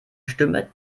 stimme